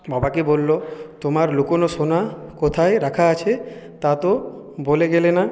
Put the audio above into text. বাবাকে বললো তোমার লুকোনো সোনা কোথায় রাখা আছে তা তো বলে গেলে না